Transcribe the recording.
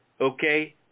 Okay